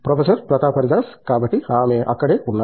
professor Pratap Haridas కాబట్టి ఆమె అక్కడే ఉన్నారు